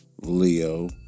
Leo